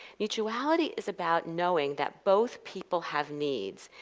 mutuality is about knowing that both people have needs,